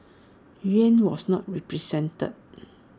Nguyen was not represented